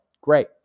Great